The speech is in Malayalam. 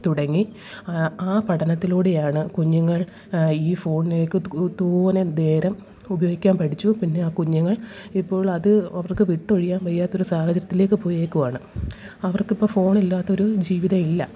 ഓണ്ലൈന് ക്ലാസ്സുകള് തുടങ്ങി ആ പഠനത്തിലൂടെയാണ് കുഞ്ഞുങ്ങൾ ഈ ഫോണിലേക്കു തോനെ നേരം ഉപയോഗിക്കാൻ പഠിച്ചു പിന്നെ ആ കുഞ്ഞുങ്ങൾ ഇപ്പോൾ അത് അവർക്കു വിട്ടൊഴിയാന് വയ്യാത്തൊരു സാഹചര്യത്തിലേക്ക് പേയേക്കുവാണ് അവര്ക്ക് ഇപ്പോൾ ഫോണില്ലാത്തൊരു ജീവിതമില്ല